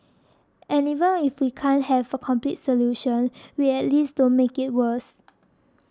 and even if we can't have a complete solution we at least don't make it worse